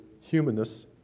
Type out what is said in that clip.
humanness